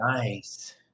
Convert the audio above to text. Nice